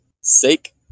sake